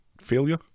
failure